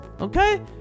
Okay